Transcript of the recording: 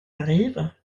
arrivent